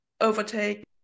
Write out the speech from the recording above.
overtake